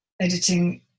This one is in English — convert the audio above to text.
editing